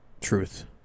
truth